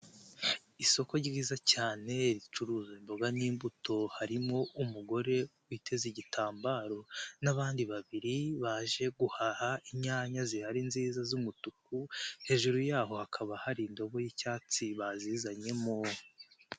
Isoko ryiza cyane ricuruza imboga n'imbuto harimo umugore witeze igitambaro n'abandi babiri baje guhaha inyanya zihari nziza z'umutuku, hejuru yaho hakaba hari indobo y'icyatsi bazizanyemo.